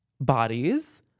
bodies